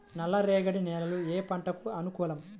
నల్ల రేగడి నేలలు ఏ పంటకు అనుకూలం?